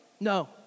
No